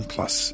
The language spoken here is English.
Plus